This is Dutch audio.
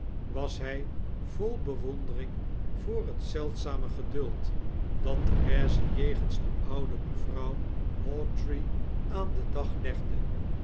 was hy vol bewondering voor het zeldzame geduld dat therese jegens de oude mevrouw hawtrey aan den dag legde